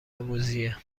موذیه